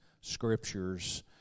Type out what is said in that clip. scriptures